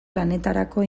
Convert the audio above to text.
lanetarako